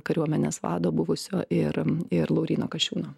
kariuomenės vado buvusio ir ir lauryno kasčiūno